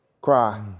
Cry